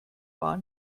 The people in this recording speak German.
war